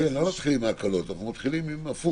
כן, לא מתחילים עם ההקלות, מתחילים הפוך.